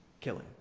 killing